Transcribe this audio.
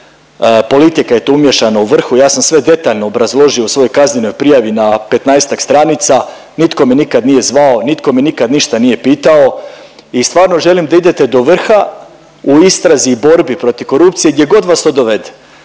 politika je tu umiješana u vrhu. Ja sam sve detaljno obrazložio u svojoj kaznenoj prijavi na 15-ak stranica, nitko me nikad nije zvao, nitko me nikad ništa nije pitao i stvarno želim da idete do vrha u istrazi i borbi protiv korupcije gdje god vas to dovede.